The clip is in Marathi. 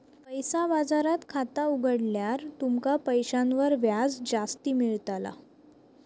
पैसा बाजारात खाता उघडल्यार तुमका पैशांवर व्याज जास्ती मेळताला